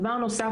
דבר נוסף,